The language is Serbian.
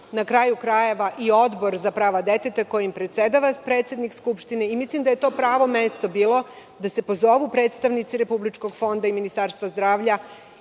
Srbije postoji i Odbor za prava deteta, kojim predsedava predsednik Skupštine i mislim da je to bilo pravo mesto da se pozovu predstavnici Republičkog fonda i Ministarstva zdravlja